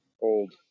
old